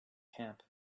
camp